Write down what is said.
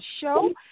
show